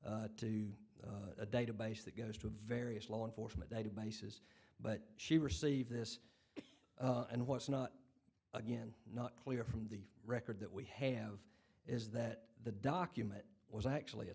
to a database that goes to various law enforcement databases but she received this and what's not again not clear from the record that we have is that the document was actually a